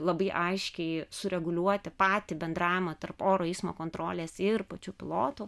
labai aiškiai sureguliuoti patį bendravimą tarp oro eismo kontrolės ir pačių pilotų